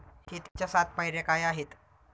शेतीच्या सात पायऱ्या काय आहेत?